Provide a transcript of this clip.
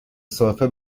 سرفه